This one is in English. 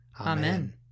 Amen